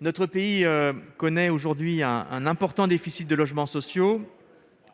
notre pays connaît un important déficit de logements sociaux